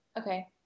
okay